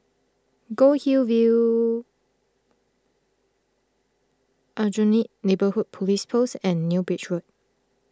Goldhill View Aljunied Neighbourhood Police Post and New Bridge Road